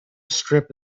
strip